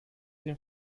dem